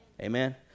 Amen